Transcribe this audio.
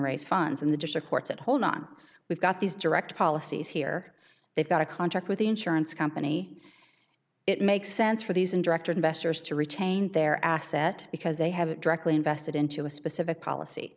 courts and hold on we've got these direct policies here they've got a contract with the insurance company it makes sense for these and director investors to retain their asset because they have it directly invested into a specific policy